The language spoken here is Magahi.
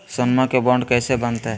सोनमा के बॉन्ड कैसे बनते?